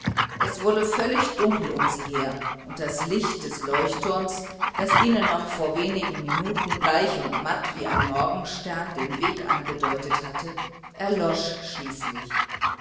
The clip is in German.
es wurde völlig dunkel um sie her und das licht des leuchtturms das ihnen noch vor wenigen minuten bleich und matt wie ein morgenstern den weg angedeutet hatte erlosch schließlich